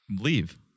Leave